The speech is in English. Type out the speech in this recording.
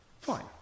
fine